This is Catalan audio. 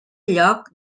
lloc